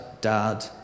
dad